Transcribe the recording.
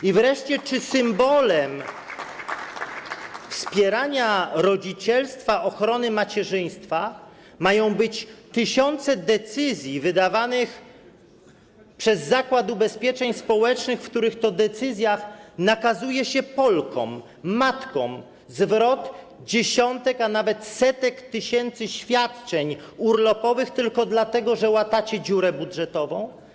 I wreszcie czy symbolem wspierania rodzicielstwa, ochrony macierzyństwa mają być tysiące decyzji wydawanych przez Zakład Ubezpieczeń Społecznych, w których to decyzjach nakazuje się Polkom, matkom, zwrot dziesiątek, a nawet setek tysięcy świadczeń urlopowych tylko dlatego, że łatacie dziurę budżetową?